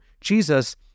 Jesus